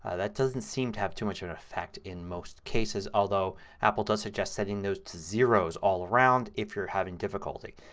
ah that doesn't seem to have too much of an affect in most cases although apple does suggest setting those to zeros all around if you're having difficulty.